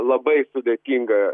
labai sudėtingą